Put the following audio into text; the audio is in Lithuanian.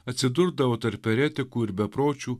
atsidurdavo tarp eretikų ir bepročių